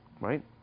right